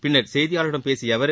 பின்னர் செய்தியாளர்களிடம் பேசிய அவர்